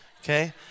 okay